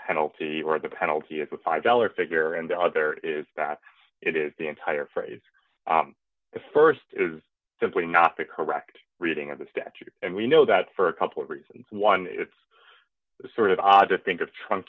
penalty or the penalty is a five dollars figure and the other is that it is the entire phrase the st is simply not the correct reading of the statute and we know that for a couple of reasons one it's sort of odd to think of trun